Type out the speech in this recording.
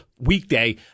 weekday